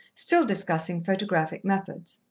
still discussing photographic methods.